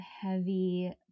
heavy